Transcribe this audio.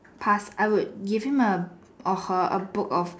pass I would give him a offer a book of